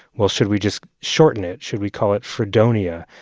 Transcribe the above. well, should we just shorten it? should we call it fredonia?